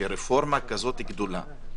שרפורמה כזו גדולה,